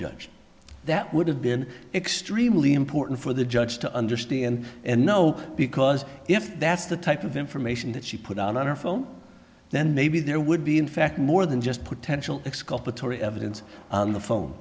judge that would have been extremely important for the judge to understand and know because if that's the type of information that she put on her phone then maybe there would be in fact more than just potential exculpatory evidence on the phone